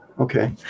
okay